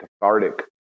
cathartic